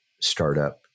startup